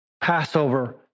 Passover